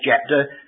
chapter